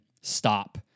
stop